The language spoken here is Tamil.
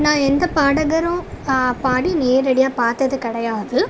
நான் எந்த பாடகரும் பாடி நேரடியாக பார்த்தது கிடையாது